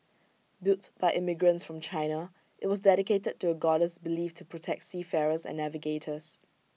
built by immigrants from China IT was dedicated to A goddess believed to protect seafarers and navigators